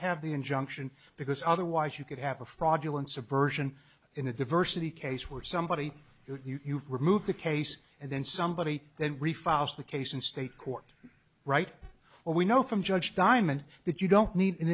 have the injunction because otherwise you could have a fraudulent subversion in a diversity case where somebody removed the case and then somebody then refile the case in state court right or we know from judge diamond that you don't need an